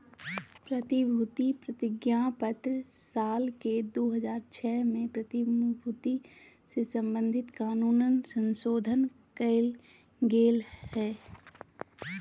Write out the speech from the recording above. प्रतिभूति प्रतिज्ञापत्र साल के दू हज़ार छह में प्रतिभूति से संबधित कानून मे संशोधन कयल गेलय